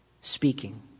speaking